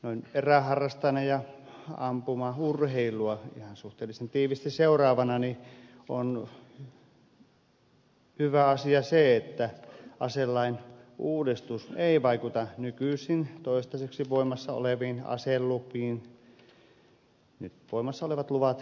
noin eräharrastajana ja ampumaurheilua ihan suhteellisen tiiviisti seuraavana minusta on hyvä asia se että aselain uudistus ei vaikuta nykyisin toistaiseksi voimassa oleviin aselupiin nyt voimassa olevat luvat säilyvät